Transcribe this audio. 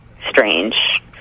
strange